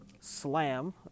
slam